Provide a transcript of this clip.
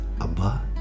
Abba